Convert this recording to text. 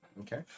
Okay